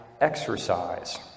exercise